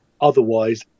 otherwise